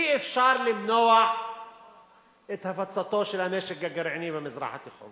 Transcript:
אי-אפשר למנוע את הפצתו של הנשק הגרעיני במזרח התיכון